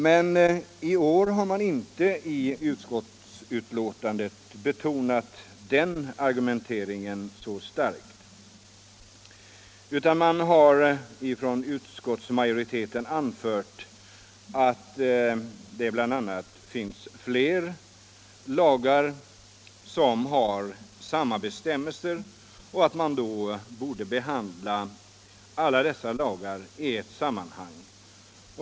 Men i år har man inte i utskottsbetänkandet betonat den argumenteringen så starkt, utan utskottsmajoriteten har anfört bl.a. att det finns fler lagar som innehåller samma bestämmelser och att alla dessa lagar borde behandlas i ett sammanhang.